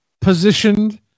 positioned